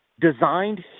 designed